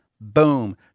Boom